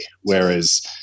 whereas